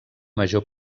major